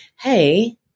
hey